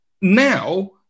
now